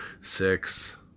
six